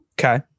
Okay